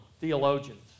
theologians